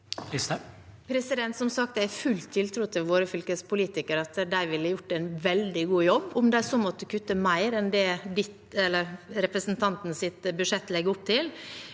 Som sagt har jeg full tiltro til at våre fylkespolitikere ville gjort en veldig god jobb, om de så måtte kutte mer enn det representantens budsjett legger opp til.